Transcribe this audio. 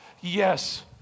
yes